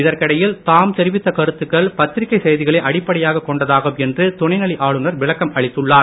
இதற்கிடையில் தாம் தெரிவித்த கருத்துக்கள் பத்திரிக்கை செய்திகளை அடிப்படியாக கொண்டதாகும் என்று துணைநிலை ஆளுநர் விளக்கம் அளித்துள்ளார்